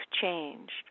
changed